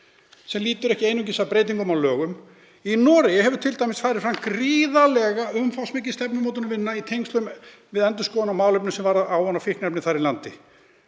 „sem lýtur ekki einungis að breytingum á lögum. Í Noregi hefur til dæmis farið fram gríðarlega umfangsmikil stefnumótunarvinna í tengslum endurskoðun á málefnum sem varða ávana- og fíkniefni þar í landi.